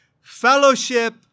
Fellowship